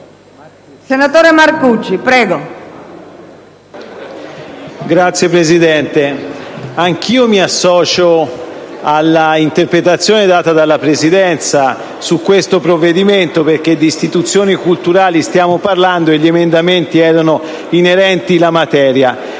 finestra") *(PD)*. Signora Presidente, anch'io mi dissocio dall'interpretazione data dalla Presidenza su questo provvedimento, perché di istituzioni culturali stiamo parlando e gli emendamenti erano inerenti alla materia.